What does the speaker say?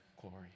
glory